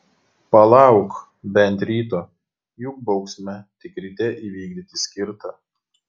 palauk bent ryto juk bausmę tik ryte įvykdyti skirta